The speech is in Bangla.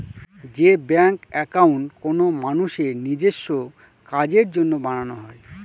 যে ব্যাঙ্ক একাউন্ট কোনো মানুষের নিজেস্ব কাজের জন্য বানানো হয়